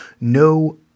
no